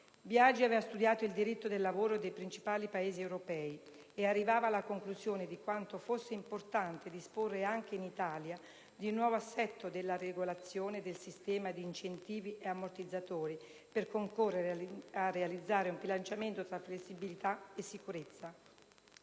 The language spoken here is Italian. Biagi aveva studiato il diritto del lavoro dei principali Paesi europei e arrivava alla conclusione di quanto fosse «importante disporre anche in Italia di un nuovo assetto della regolazione e del sistema di incentivi e ammortizzatori» per concorrere «a realizzare un bilanciamento tra flessibilità e sicurezza».